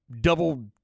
Double